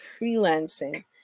freelancing